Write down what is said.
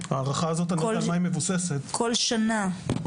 בכל שנה?